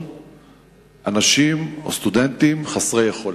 לימודים של אנשים או סטודנטים חסרי יכולת.